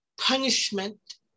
punishment